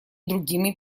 другими